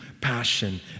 passion